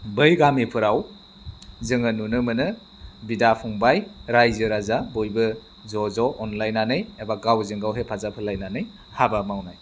बै गामिफोराव जोङो नुनो मोनो बिदा फंबाय रायजो राजा बयबो ज' ज' अनलायनानै एबा गावजों गाव हेफाजाब होलायनानै हाबा मावनाय